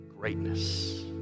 Greatness